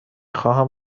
خواهم